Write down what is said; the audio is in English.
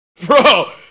bro